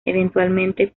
eventualmente